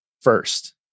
first